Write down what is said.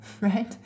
right